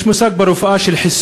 יש ברפואה מושג של חיסון,